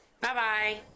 Bye-bye